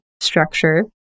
Structure